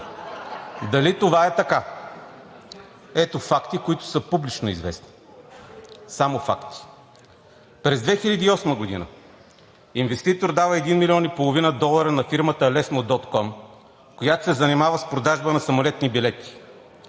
Дали това е така? Ето факти, които са публично известни. Само факти. През 2008 г. инвеститор дава 1,5 млн. долара на фирмата „Лесно.ком“, която се занимава с продажба на самолетни билети.